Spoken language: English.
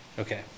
Okay